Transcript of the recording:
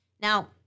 Now